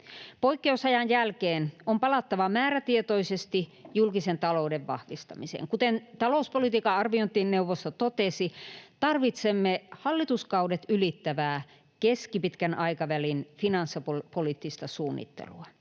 Poikkeusajan jälkeen on palattava määrätietoisesti julkisen talouden vahvistamiseen. Kuten talouspolitiikan arviointineuvosto totesi, tarvitsemme hallituskaudet ylittävää keskipitkän aikavälin finanssipoliittista suunnittelua,